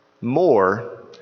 more